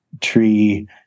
tree